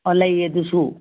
ꯑꯧ ꯂꯩꯌꯦ ꯑꯗꯨꯁꯨ